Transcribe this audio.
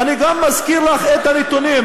ואני גם מזכיר לכם את הנתונים,